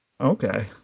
Okay